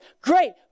Great